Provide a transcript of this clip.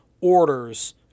orders